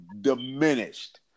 diminished